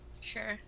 sure